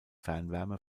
fernwärme